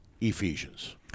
Ephesians